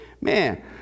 man